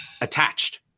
attached